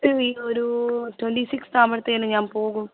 ഈ വീ ഒരു ട്വന്റി സിക്സ്ത്ത് ആവുമ്പോഴത്തേനും ഞാന് പോകും